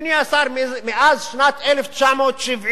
אדוני השר, מאז שנת 1974,